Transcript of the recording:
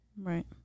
Right